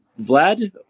Vlad